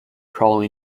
crawled